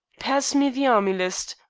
pass me the army list,